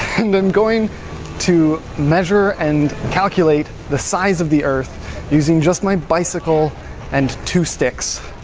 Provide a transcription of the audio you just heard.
and i'm going to measure and calculate the size of the earth using just my bicycle and two sticks.